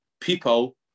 people